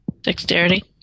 Dexterity